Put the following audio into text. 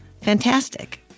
Fantastic